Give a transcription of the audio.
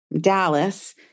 Dallas